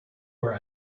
where